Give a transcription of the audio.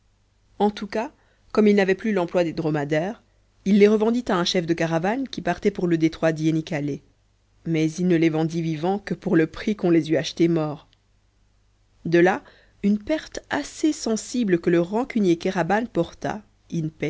en tout cas comme il n'avait plus l'emploi des dromadaires il les revendit à un chef de caravane qui partait pour le détroit d'iénikalé mais il ne les vendit vivants que pour la prix qu'on les eût achetés morts de là une perte assez sensible que le rancunier kéraban porta